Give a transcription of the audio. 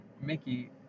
Mickey